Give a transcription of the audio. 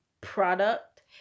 product